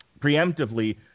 preemptively